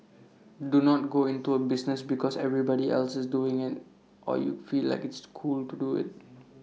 do not go into A business because everybody else is doing IT or you feel like it's cool to do IT